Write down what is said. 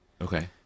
Okay